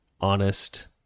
Honest